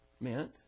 meant